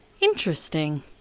Interesting